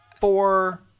four